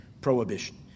prohibition